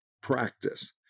practice